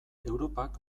europak